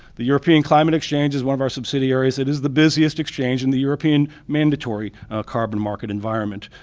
the european climate exchange is one of our subsidiaries it is the busiest exchange in the european mandatory carbon market environment,